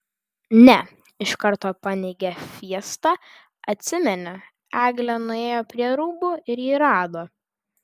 ne iš karto paneigė fiesta atsimeni eglė nuėjo prie rūbų ir jį rado